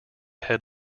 head